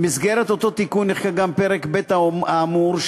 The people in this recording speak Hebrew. במסגרת אותו תיקון נחקק גם פרק ב' האמור,